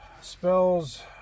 spells